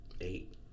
eight